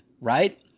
right